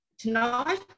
Tonight